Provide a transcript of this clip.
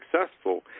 successful